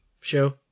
show